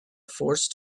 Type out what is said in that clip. forced